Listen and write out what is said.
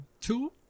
two